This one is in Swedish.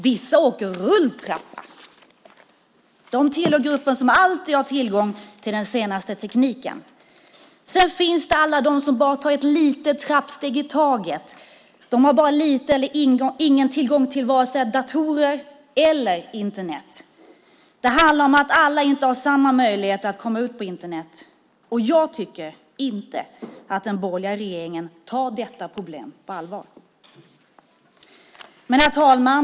Vissa åker rulltrappa. De tillhör gruppen som alltid har tillgång till den senaste tekniken. Sen finns det alla de som bara tar ett litet trappsteg i taget - de har bara lite eller ingen tillgång till vare sig datorer eller Internet. Det handlar om att alla inte har samma möjligheter att komma ut på Internet. Och jag tycker inte att den borgerliga regeringen tar detta problem på allvar. Herr talman!